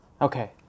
Okay